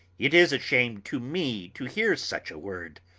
it is a shame to me to hear such a word.